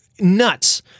nuts